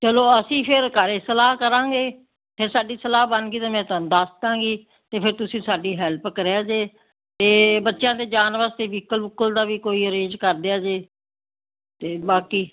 ਚਲੋ ਅਸੀਂ ਫਿਰ ਘਰੇ ਸਲਾਹ ਕਰਾਂਗੇ ਅਤੇ ਸਾਡੀ ਸਲਾਹ ਬਣ ਗਈ ਅਤੇ ਮੈਂ ਤੁਹਾਨੂੰ ਦੱਸ ਦੇਵਾਂਗੀ ਅਤੇ ਫਿਰ ਤੁਸੀਂ ਸਾਡੀ ਹੈਲਪ ਕਰਿਆ ਜੇ ਅਤੇ ਬੱਚਿਆਂ ਦੇ ਜਾਣ ਵਾਸਤੇ ਵਹੀਕਲ ਵੁਹੀਕਲ ਦਾ ਵੀ ਕੋਈ ਅਰੇਂਜ ਕਰ ਦਿਓ ਜੇ ਅਤੇ ਬਾਕੀ